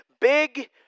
Big